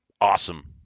Awesome